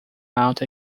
out